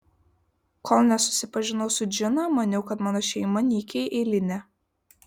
kol nesusipažinau su džina maniau kad mano šeima nykiai eilinė